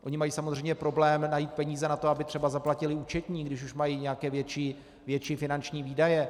Oni mají samozřejmě problém najít peníze na to, aby třeba zaplatili účetní, když už mají nějaké větší finanční výdaje.